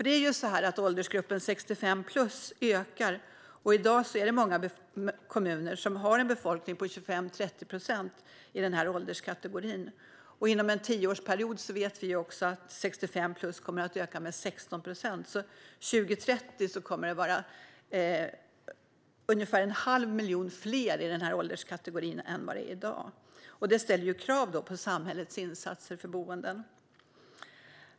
Det är ju så att åldersgruppen 65-plus ökar, och i dag är det många kommuner som har en befolkning på 25-30 procent i denna ålderskategori. Inom en tioårsperiod vet vi att åldersgruppen 65-plus kommer att öka med 16 procent. År 2030 kommer det alltså att vara ungefär en halv miljon fler i denna ålderskategori än i dag, och det ställer ju krav på samhällets insatser för boenden.